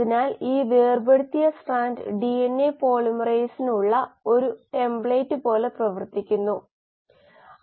അതിനാൽ നമ്മുടെ താൽപ്പര്യത്തിന്റെ സമയ സ്കെയിലുമായി താരതമ്യപ്പെടുത്തുമ്പോൾ ബോൾട്ട് നിർമ്മാണം സ്ഥിരമായ അവസ്ഥയിലാണെന്ന് കണക്കാക്കാം ഇത് സ്ഥിരമായ അവസ്ഥയിലാണോ അല്ലയോ എന്നത് പരിഗണിക്കാതെ തന്നെ